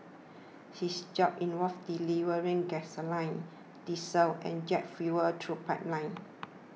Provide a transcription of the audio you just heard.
his job involved delivering gasoline diesel and jet fuel through pipelines